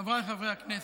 חבריי חברי הכנסת,